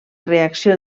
reacció